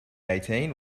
eighteen